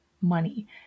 money